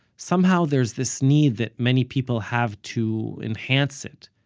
somehow there's this need that many people have to enhance it,